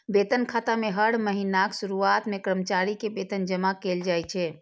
वेतन खाता मे हर महीनाक शुरुआत मे कर्मचारी के वेतन जमा कैल जाइ छै